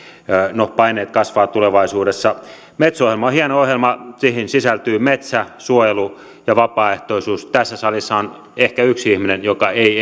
no paineet kasvavat tulevaisuudessa metso ohjelma on hieno ohjelma siihen sisältyvät metsä suojelu ja vapaaehtoisuus tässä salissa on ehkä yksi ihminen joka ei